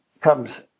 comes